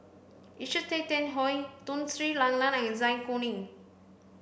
Richard Tay Tian Hoe Tun Sri Lanang and Zai Kuning